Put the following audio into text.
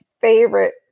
favorite